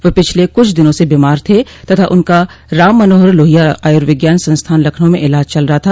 वह पिछले कुछ दिनों से बीमार थे तथा उनका राम मनोहर लोहिया आयूर्विज्ञान संस्थान लखनऊ में इलाज चल रहा था